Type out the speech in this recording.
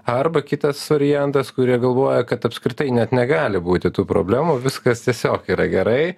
arba kitas variantas kurie galvoja kad apskritai net negali būti tų problemų viskas tiesiog yra gerai